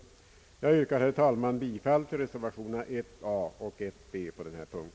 Jag yrkar, herr talman, bifall till reservationerna a och b på denna punkt.